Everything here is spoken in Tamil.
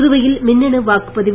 புதுவையில் மின்னணு வாக்குப்பதிவு